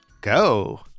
go